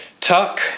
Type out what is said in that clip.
Tuck